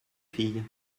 fille